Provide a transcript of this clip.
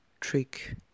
trick